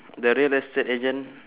the real estate agent